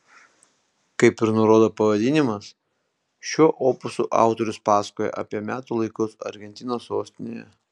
kaip ir nurodo pavadinimas šiuo opusu autorius pasakoja apie metų laikus argentinos sostinėje